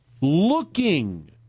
looking